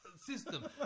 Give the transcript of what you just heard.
system